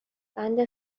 بند